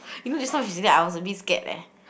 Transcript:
you know I was a bit scared eh